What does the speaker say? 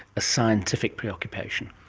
a scientific preoccupation?